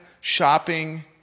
shopping